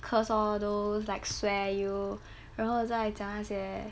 curse all those like swear you 然后再加上那些